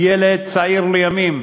ילד צעיר לימים.